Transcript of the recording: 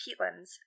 peatlands